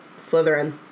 Slytherin